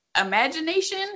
imagination